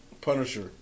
Punisher